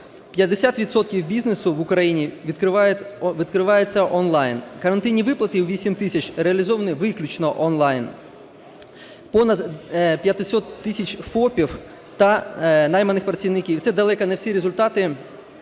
бізнесу в Україні відкривається онлайн. Карантинні виплати у 8 тисяч реалізовані виключно онлайн, понад 500 тисяч ФОП та найманих працівників. Це далеко не всі результати